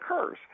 occurs